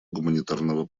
гуманитарного